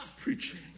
preaching